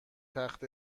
تخت